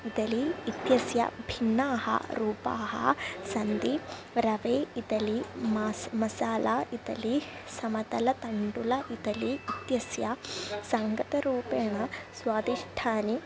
Italy इत्यस्य भिन्नाः रूपाः सन्ति रवे इटली मास् मसाला इटली समतलतण्डुल इटलि इत्यस्य सङ्गतरूपेण स्वादिष्ठानि